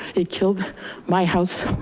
it killed my house.